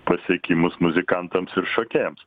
pasiekimus muzikantams ir šokėjams